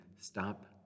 stop